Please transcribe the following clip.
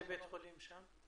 באיזה בית חולים שם?